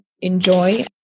enjoy